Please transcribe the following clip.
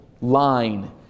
line